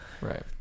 right